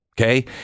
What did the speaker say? okay